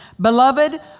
Beloved